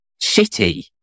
shitty